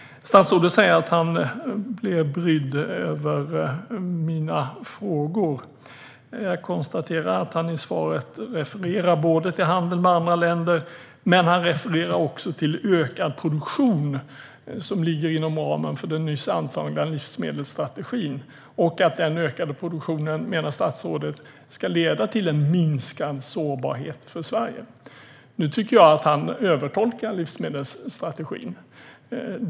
Statsrådet säger att han blir brydd över mina frågor. Jag konstaterar att han i svaret refererar både till handel med andra länder och till ökad produktion, som ligger inom ramen för den nyss anförda livsmedelsstrategin. Statsrådet menar att den ökade produktionen ska leda till en minskad sårbarhet för Sverige. Nu tycker jag att han övertolkar livsmedelsstrategin.